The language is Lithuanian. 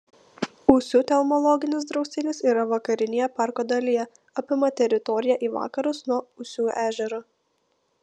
ūsių telmologinis draustinis yra vakarinėje parko dalyje apima teritoriją į vakarus nuo ūsių ežero